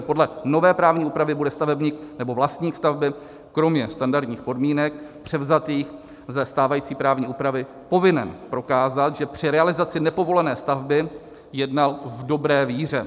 Podle nové právní úpravy bude stavebník nebo vlastník stavby kromě standardních podmínek převzatých ze stávající právní úpravy povinen prokázat, že při realizaci nepovolené stavby jednal v dobré víře.